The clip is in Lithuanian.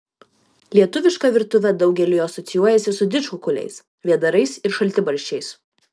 lietuviška virtuvė daugeliui asocijuojasi su didžkukuliais vėdarais ir šaltibarščiais